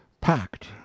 packed